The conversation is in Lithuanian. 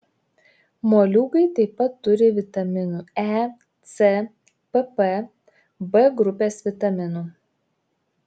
moliūgai taip pat turi vitaminų e c pp b grupės vitaminų